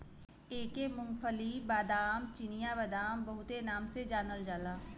एके मूंग्फल्ली, बादाम, चिनिया बादाम बहुते नाम से जानल जाला